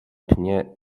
pnie